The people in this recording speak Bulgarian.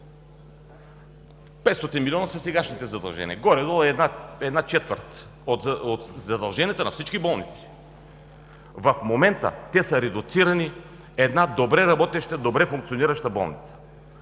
500 милиона са сегашните задължения и горе-долу една четвърт от задълженията на всички болници. В момента те са редуцирани и тя е една добре работеща, добре функционираща болница.